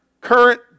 current